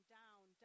down